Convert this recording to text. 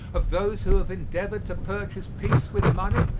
of those who have endeavored to purchase peace with money,